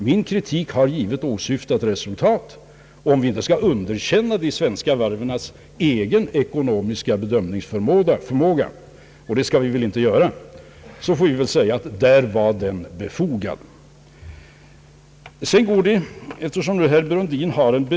Min kritik har givit åsyftat resultat. Om vi inte skall underkänna de svenska varvens egen ekonomiska bedömningsförmåga — och det skall vi väl inte göra — får vi nog säga att kritiken var befogad.